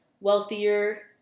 wealthier